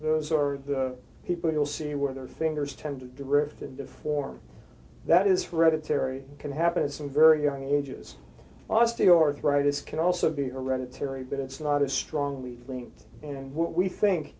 those are the people you'll see where their fingers tend to drift in the form that is rather terry can happen at some very young ages osteoarthritis can also be hereditary but it's not as strongly linked and what we think